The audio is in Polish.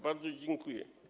Bardzo dziękuję.